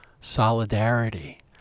solidarity